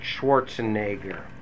Schwarzenegger